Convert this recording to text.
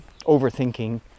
overthinking